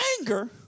anger